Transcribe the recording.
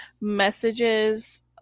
messages